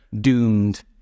doomed